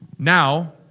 Now